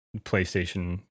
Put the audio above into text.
PlayStation